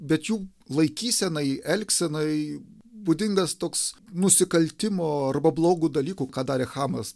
bet jų laikysenai elgsenai būdingas toks nusikaltimo arba blogų dalykų ką darė chamas